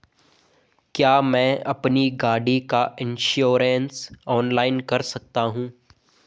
क्या मैं अपनी गाड़ी का इन्श्योरेंस ऑनलाइन कर सकता हूँ?